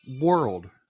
world